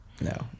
No